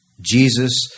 Jesus